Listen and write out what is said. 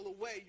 away